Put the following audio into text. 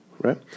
right